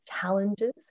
challenges